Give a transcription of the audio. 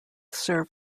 serve